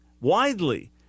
widely